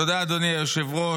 תודה, אדוני היושב-ראש.